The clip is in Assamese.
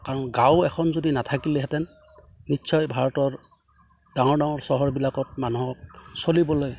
কাৰণ গাঁও এখন যদি নাথাকিলেহেঁতেন নিশ্চয় ভাৰতৰ ডাঙৰ ডাঙৰ চহৰবিলাকত মানুহক চলিবলৈ